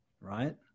Right